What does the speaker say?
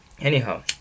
Anyhow